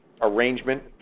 arrangement